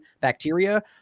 bacteria